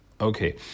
Okay